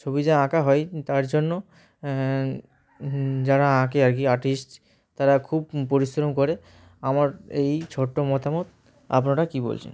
ছবি যে আঁকা হয় তার জন্য যারা আঁকে আর কি আর্টিস্ট তারা খুব পরিশ্রম করে আমার এই ছোট্ট মতামত আপনারা কী বলছেন